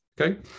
Okay